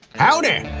howdy!